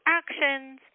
actions